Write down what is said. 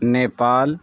Nepal